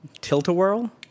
Tilt-a-whirl